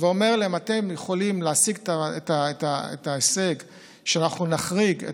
ואומר להם: אתם יכולים להשיג את ההישג שאנחנו נחריג את